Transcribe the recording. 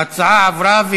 ההצעה עברה,